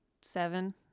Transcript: seven